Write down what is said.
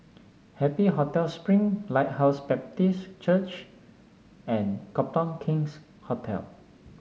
Happy Hotel Spring Lighthouse Baptist Church and Copthorne King's Hotel